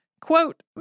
Quote